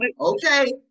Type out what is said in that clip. okay